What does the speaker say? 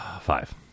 Five